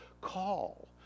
Call